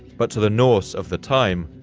but to the norse of the time,